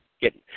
get